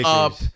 up